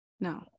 No